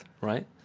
right